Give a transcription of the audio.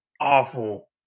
awful